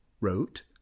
wrote